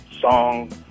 song